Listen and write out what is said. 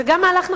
זה גם מהלך נכון,